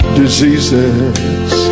diseases